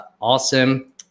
awesome